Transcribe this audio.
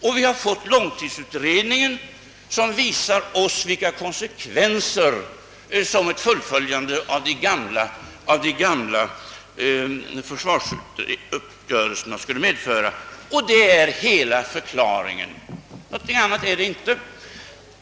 Vidare har vi fått en långtidsutredning som visar oss vilka konsekvenser ett fulilföljande av de gamla försvarsuppgörelserna skulle medföra. Detta är hela förklaringen till vår ståndpunkt.